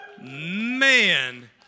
Man